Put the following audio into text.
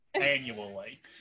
annually